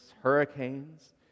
hurricanes